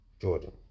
jordan